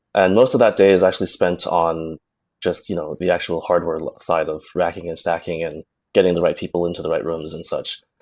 and most of that day is actually spent on just you know the actual hardware side of racking and stacking and getting the right people into the rooms and such.